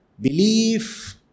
belief